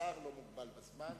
שר לא מוגבל בזמן.